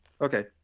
Okay